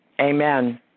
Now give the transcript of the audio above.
Amen